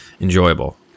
enjoyable